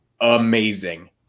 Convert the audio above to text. amazing